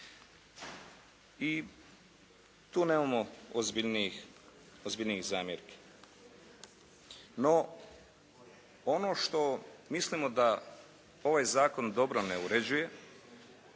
I tu nemamo ozbiljnijih zamjerki. No, ono što mislimo da ovaj zakon dobro ne uređuje,